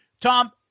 Tom